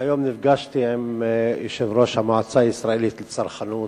היום נפגשתי עם יושב-ראש המועצה הישראלית לצרכנות.